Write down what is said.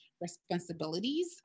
responsibilities